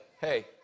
hey